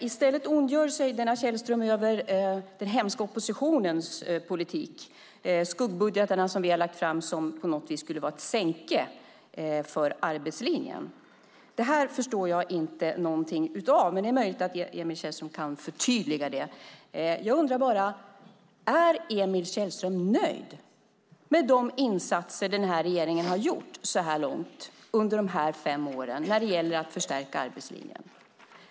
I stället ondgör sig denne Källström över den hemska oppositionens politik och den skuggbudget som vi har lagt fram och menar att den på något sätt skulle vara ett sänke för arbetslinjen. Det här förstår jag inte någonting av, men det är möjligt att Emil Källström kan förtydliga det. Jag undrar bara: Är Emil Källström nöjd med de insatser som regeringen har gjort under de här fem åren när det gäller att förstärka arbetslinjen?